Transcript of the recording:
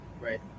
Right